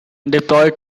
deployed